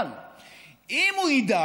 אבל אם הוא ידע